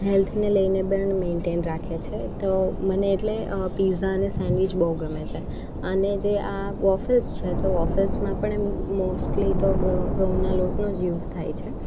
હેલ્થને લઈને પણ મેન્ટેઈન રાખે છે તો મને એટલે પીઝા અને સેન્ડવિચ બહુ ગમે છે અને જે આ વોફેલ્સ છે તો વોફેલ્સમાં પણ એમ મોસ્ટલી તો ઘ અ ઘઉંના લોટનો જ યુઝ થાય છે